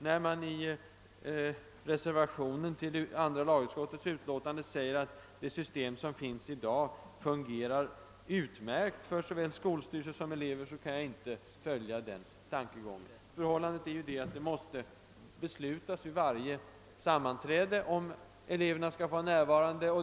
När det i reservationen till andra lagutskottets utlåtande säges att det system som finns i dag fungerar utmärkt, för såväl skolstyrelse som elever, kan jag inte instämma. Förhållandet är, att det måste beslutas vid varje sammanträde om eleverna skall få vara närva rande.